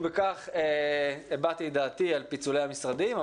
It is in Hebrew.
ובכך הבעתי את דעתי על פיצולי המשרדים,